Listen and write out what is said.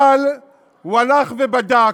אבל הוא הלך ובדק.